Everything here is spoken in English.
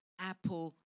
Apple